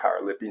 powerlifting